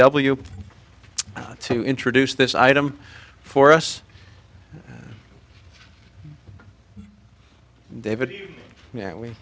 w to introduce this item for us david yeah we